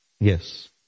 Yes